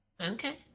Okay